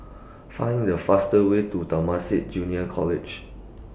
Find The fastest Way to Temasek Junior College